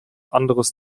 anderes